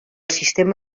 sistema